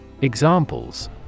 examples